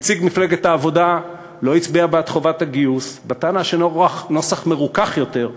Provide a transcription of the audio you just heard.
נציג מפלגת העבודה לא הצביע בעד חובת הגיוס בטענה שנוסח מרוכך יותר,